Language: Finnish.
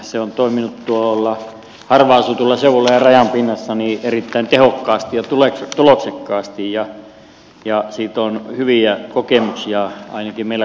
se on toiminut tuolla harvaan asutulla seudulla ja rajan pinnassa erittäin tehokkaasti ja tuloksekkaasti ja siitä on hyviä kokemuksia ainakin meillä kainuussa